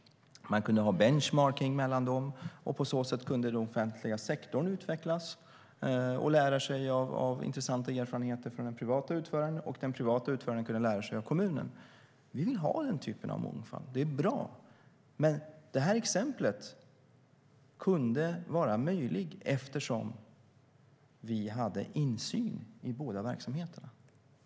Man kunde ha benchmarking mellan dem. På det sättet kunde den offentliga sektorn utvecklas och lära sig av intressanta erfarenheter från den privata utföraren. Och den privata utföraren kunde lära sig av kommunen. Vi vill ha den typen av mångfald. Det är bra. Men detta exempel kunde vara möjligt eftersom vi hade insyn i båda verksamheterna.